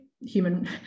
human